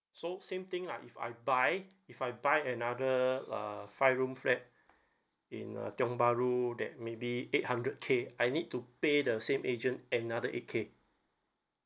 so same thing lah if I buy if I buy another uh five room flat in uh tiong bahru that maybe eight hundred K I need to pay the same agent another eight K